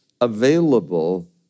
available